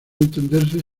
entenderse